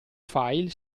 file